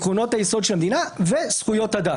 עקרונות היסוד של המדינה וזכויות אדם.